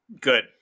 good